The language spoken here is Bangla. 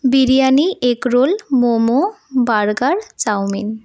biryani egg roll momo burger chowmein